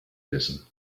listen